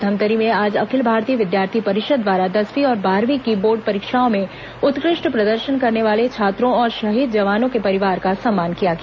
धमतरी में आज अखिल भारतीय विद्यार्थी परिषद द्वारा दसवीं और बारहवीं की बोर्ड परीक्षाओं में उत्कृष्ट प्रदर्शन करने वाले छात्रों और शहीद जवानों के परिवार का सम्मान किया गया